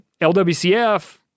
LWCF